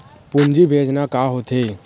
पूंजी भेजना का होथे?